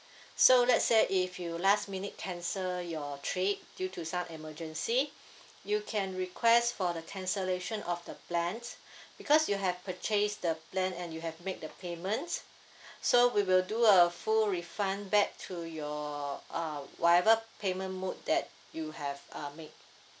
so let's say if you last minute cancel your trip due to some emergency you can request for the cancellation of the plans because you have purchased the plan and you have made the payment so we will do a full refund back to your uh whatever payment mode that you have uh made